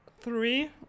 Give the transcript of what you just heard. three